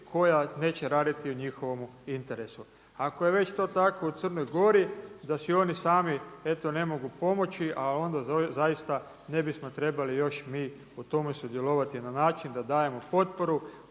koja neće raditi u njihovomu interesu. Ako je to već tako u Crnoj Gori da si oni sami eto ne mogu pomoći, ali onda zaista ne bismo trebali još mi u tome sudjelovati na način da dajemo potporu.